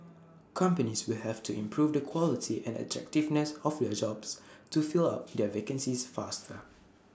companies will have to improve the quality and attractiveness of their jobs to fill up their vacancies faster